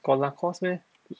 got Lacoste meh